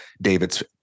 David's